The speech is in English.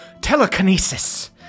telekinesis